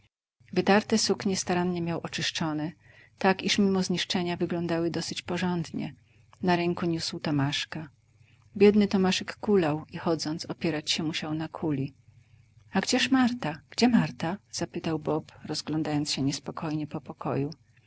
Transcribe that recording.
wytarte suknie starannie miał oczyszczone tak iż mimo zniszczenia wyglądały dosyć porządnie na ręku niósł tomaszka biedny tomaszek kulał i chodząc opierać się musiał na kuli a gdzież marta gdzie marta zapytał bob rozglądając się niespokojnie po pokoju